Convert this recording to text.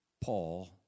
Paul